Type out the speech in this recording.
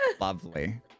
lovely